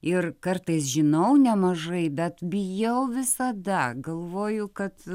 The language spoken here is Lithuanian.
ir kartais žinau nemažai bet bijau visada galvoju kad